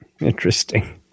Interesting